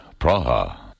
Praha